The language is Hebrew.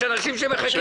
יש אנשים שמחכים.